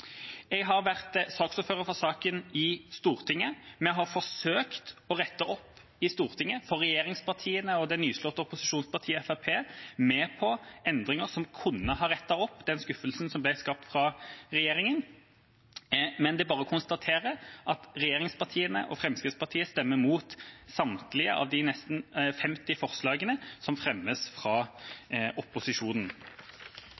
vært saksordfører for saken i Stortinget. Vi har forsøkt å rette opp dette i Stortinget og få regjeringspartiene og det nyslåtte opposisjonspartiet Fremskrittspartiet med på endringer som kunne ha rettet opp den skuffelsen som ble skapt fra regjeringa, men det er bare å konstatere at regjeringspartiene og Fremskrittspartiet stemmer imot samtlige av de nesten 50 forslagene som fremmes fra